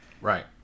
Right